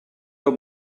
the